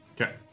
Okay